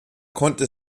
konnte